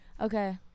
Okay